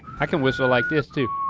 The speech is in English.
i can whistle like this too.